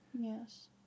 Yes